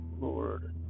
Lord